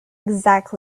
exact